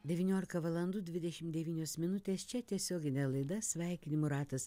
devyniolika valandų dvidešim devynios minutės čia tiesioginė laida sveikinimų ratas